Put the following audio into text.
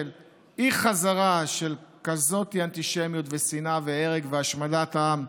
של אי-חזרה של כזאת אנטישמיות ושנאה והרג והשמדת העם,